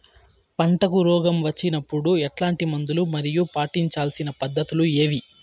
పంటకు రోగం వచ్చినప్పుడు ఎట్లాంటి మందులు మరియు పాటించాల్సిన పద్ధతులు ఏవి?